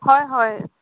হয় হয়